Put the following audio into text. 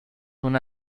una